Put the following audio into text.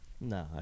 No